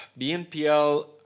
BNPL